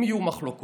אם יהיו מחלוקות,